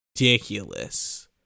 ridiculous